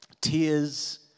tears